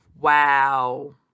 Wow